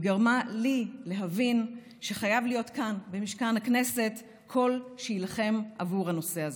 וגרמה לי להבין שחייב להיות כאן במשכן הכנסת קול שיילחם עבור הנושא הזה.